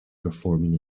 performing